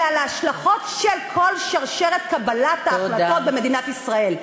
אלא על ההשלכות של כל שרשרת קבלת ההחלטות במדינת ישראל.